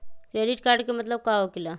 Credit card के मतलब का होकेला?